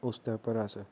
उस दे उप्पर अस